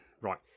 Right